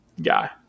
guy